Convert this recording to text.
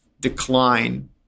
decline